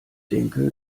denke